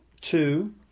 Two